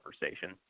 conversation